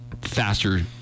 faster